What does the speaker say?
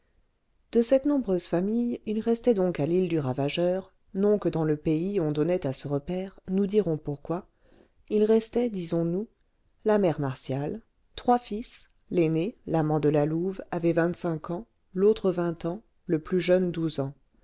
de cette nombreuse famille il restait donc à l'île du ravageur nom que dans le pays on donnait à ce repaire nous dirons pourquoi il restait disons-nous la mère martial trois fils l'aîné l'amant de la louve avait vingt-cinq ans l'autre vingt ans le plus jeune douze ans